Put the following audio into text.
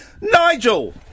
Nigel